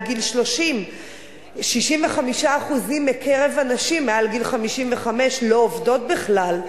גיל 30. 65% מקרב הנשים מעל גיל 55 לא עובדות בכלל.